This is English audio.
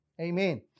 Amen